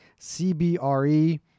CBRE